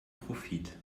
profit